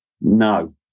No